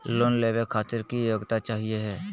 Loan लेवे खातीर की योग्यता चाहियो हे?